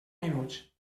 minuts